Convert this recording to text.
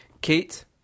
Kate